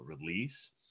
release